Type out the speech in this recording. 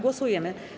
Głosujemy.